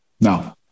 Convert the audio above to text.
No